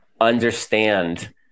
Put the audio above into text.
understand